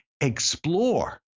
explore